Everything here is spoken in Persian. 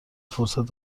فرصت